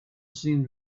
seemed